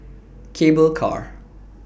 Cable Car